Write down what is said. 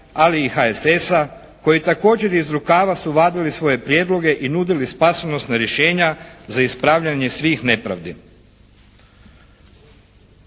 ali i HSS-a koji također iz rukava su vadili svoje prijedloge i nudili spasonosna rješenja za ispravljanje svih nepravdi.